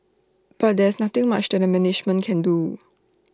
but there is nothing much that the management can do